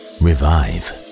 revive